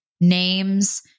names